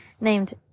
named